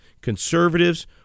conservatives